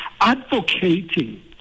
advocating